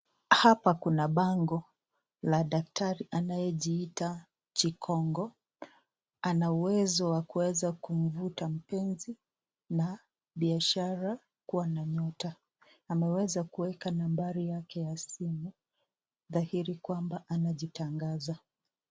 Hapa kuna bango la daktari anayejiita Jikongo. Ana uwezo wa kueza kumvuta mpenzi na biashara kua na nyota. Ameweza kueka nambari yake ya simu, dhahiri kwamba anajitangaza.